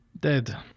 Dead